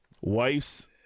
wife's